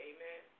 Amen